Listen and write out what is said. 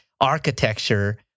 architecture